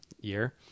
year